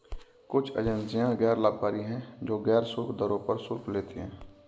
कुछ एजेंसियां गैर लाभकारी हैं, जो गैर शुल्क दरों पर शुल्क लेती हैं